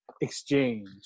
exchange